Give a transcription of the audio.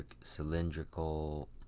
cylindrical